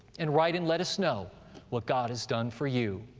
and write and let us know what god has done for you.